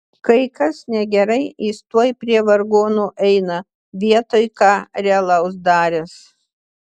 kai kas negerai jis tuoj prie vargonų eina vietoj ką realaus daręs